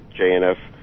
JNF